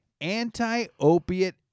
anti-opiate